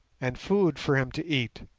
and food for him to eat.